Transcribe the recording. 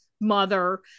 mother